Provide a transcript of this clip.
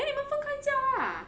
then 你们分开叫 ah